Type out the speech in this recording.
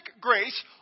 grace